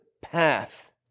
path